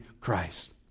Christ